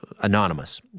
anonymous